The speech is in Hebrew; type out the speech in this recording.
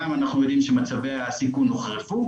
גם אנחנו יודעים שמצבי הסיכון הוחרפו